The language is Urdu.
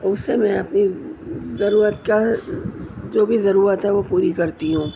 اس سے میں اپنی ضرورت کا جو بھی ضرورت ہے وہ پوری کرتی ہوں